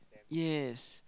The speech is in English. yes